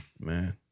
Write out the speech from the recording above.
man